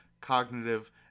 cognitive